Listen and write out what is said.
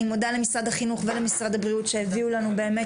אני מודה למשרד החינוך ולמשרד הבריאות שהביאו לנו באמת